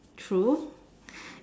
true